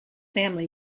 family